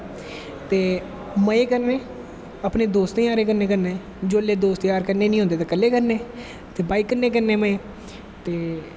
ते मज़े कन्नैं अपनें दोस्तें यारें कन्नै जिसलै दोस्तजार कन्नैं नी होंदे तां कल्ले करनें ते बाईक कन्ने कन्ने में ते